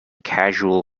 casual